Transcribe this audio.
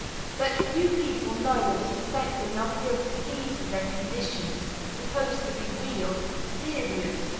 but few people know or suspect the number of diseases and conditions, supposed to be real, serious,